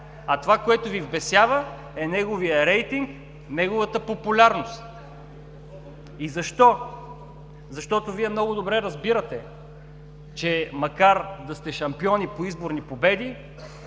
А това, което Ви вбесява е неговият рейтинг, неговата популярност. И защо? Защото Вие много добре, разбирате, че макар да сте шампиони по изборни победи,